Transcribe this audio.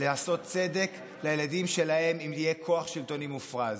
לעשות צדק לילדים שלהם אם יהיה כוח שלטוני מופרז.